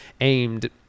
aimed